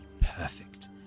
perfect